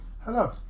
hello